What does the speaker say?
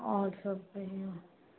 आओर सब कहिऔ